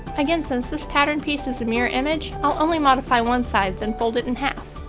again, since this pattern piece is a mirror image, i'll only modify one side, then fold it in half.